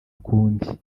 ukundi